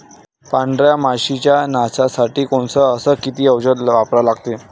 पांढऱ्या माशी च्या नाशा साठी कोनचं अस किती औषध वापरा लागते?